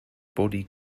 body